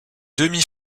demi